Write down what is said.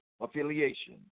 affiliation